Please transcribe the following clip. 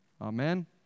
Amen